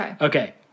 Okay